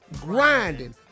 grinding